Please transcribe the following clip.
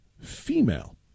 female